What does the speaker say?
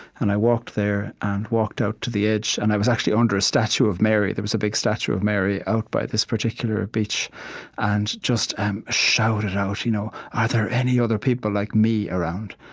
and i walked there and walked out to the edge and i was actually under a statue of mary there was a big statue of mary out by this particular beach and just shouted out, you know are there any other people like me around?